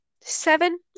Seven